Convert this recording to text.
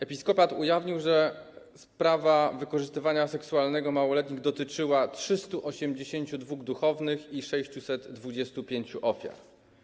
Episkopat ujawnił, że sprawa wykorzystywania seksualnego małoletnich dotyczyła 382 duchownych i 625 ofiar.